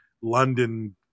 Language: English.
London